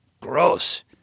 Gross